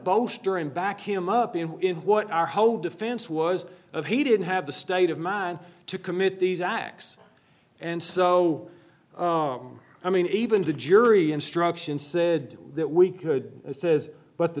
boaster and back him up and in what our whole defense was of he didn't have the state of mind to commit these acts and so i mean even the jury instruction said that we could says but the